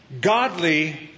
Godly